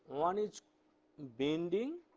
one is bending